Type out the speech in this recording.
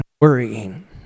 worrying